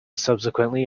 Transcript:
subsequently